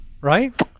Right